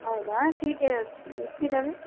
ಹೌದಾ ಸೀಟ್ ಎಷ್ಟಿದ್ದಾವೆ